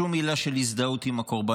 שום מילה של הזדהות עם הקורבנות,